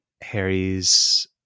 Harry's